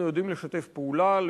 אנחנו יודעים לשתף פעולה,